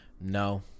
No